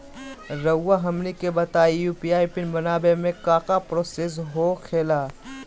रहुआ हमनी के बताएं यू.पी.आई पिन बनाने में काका प्रोसेस हो खेला?